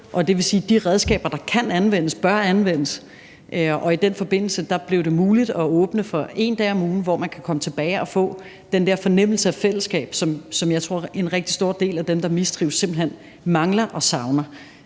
Det vil sige, at de redskaber, der kan anvendes, bør anvendes. Og i den forbindelse blev det muligt at åbne for 1 dag om ugen, hvor børnene kunne komme tilbage og få den der fornemmelse af fællesskab, som jeg tror en rigtig stor del af dem, der mistrives, simpelt hen mangler og savner.